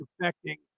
affecting